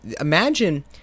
imagine